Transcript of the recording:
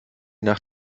nach